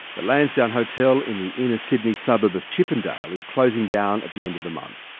the lansdowne hotel in the inner sydney suburb of chippendale is closing down at the end of the month.